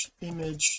image